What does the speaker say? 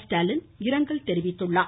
ஸ்டாலின் இரங்கல் தெரிவித்திருக்கிறார்